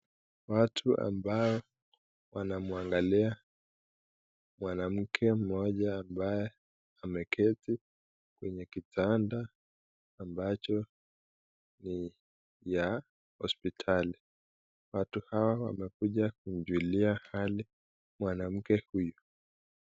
Watu ambao wanamwangalia mwanamke mmoja ambaye ameketi kwenye kitanda ambacho ni ya hospitali, watu hawa wamekuja kumjulia hali mwanamke huyu.